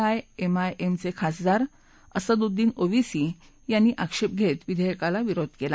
I I M I M खासदार असदुद्दीन ओवीसी यांनी आक्षेप घेत विधायकाला विरोध केला